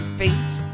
fate